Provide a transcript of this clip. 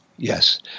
yes